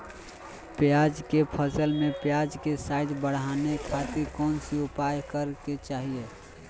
प्याज के फसल में प्याज के साइज बढ़ावे खातिर कौन उपाय करे के चाही?